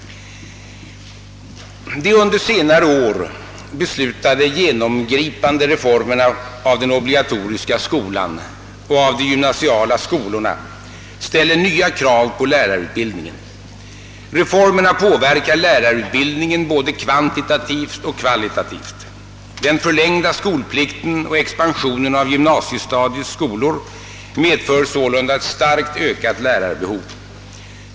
»De under senare år beslutade genomgripande reformerna av den obligatoriska skolan och av de gymnasiala skolorna ställer nya krav på lärarutbildningen. Reformerna påverkar lärarutbildningen både kvantitativt och kvalitativt. Den förlängda skolplikten och expansionen av gymnasiestadiets skolor medför sålunda ett starkt ökat lärarbehov.